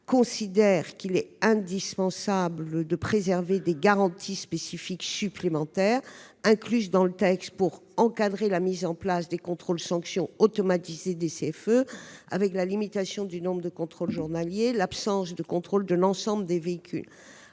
considère qu'il est indispensable d'inclure dans le texte des garanties spécifiques supplémentaires pour encadrer la mise en place du contrôle-sanction automatisé des ZFE : limitation du nombre de contrôles journaliers, absence de contrôle de l'ensemble des véhicules.